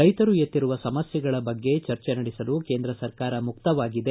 ರೈತರು ಎತ್ತಿರುವ ಸಮಸ್ಥೆಗಳ ಬಗ್ಗೆ ಚರ್ಚೆ ನಡೆಸಲು ಕೇಂದ್ರ ಸರ್ಕಾರ ಮುಕ್ತವಾಗಿದೆ